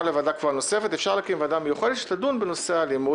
להקמת ועדה קבועה נוספת אפשר להקים ועדה מיוחדת שתדון בנושא האלימות,